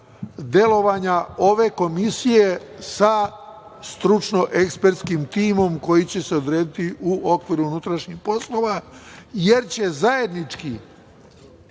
delovanja ove komisije sa stručno-ekspertskim timom koji će se odrediti u okviru Ministarstva unutrašnjih poslova, jer će zajednički